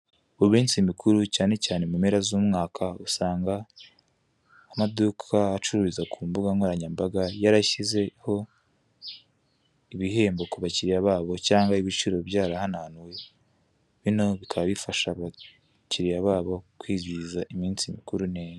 Mu minsi mikuru cyane mu mpera z'umwaka usanga ku maduka acururiza ku mbuga nkoranyambaga yarashizeho ibihembo kubakiriya babo cyangwa ibiciro byarahananuwe noneho bikaba bifasha abakiriya babo kwizihiza iminsi mikuru neza.